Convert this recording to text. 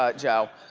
ah joe.